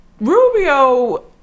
Rubio